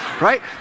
right